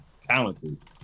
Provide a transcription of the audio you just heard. talented